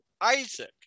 Isaac